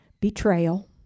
Betrayal